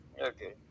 Okay